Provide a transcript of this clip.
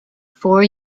four